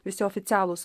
visi oficialūs